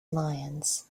lions